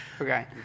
Okay